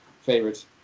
favorites